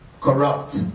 corrupt